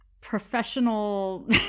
professional